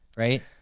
right